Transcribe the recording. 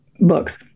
books